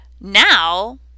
Now